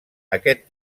aquest